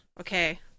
okay